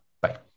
Bye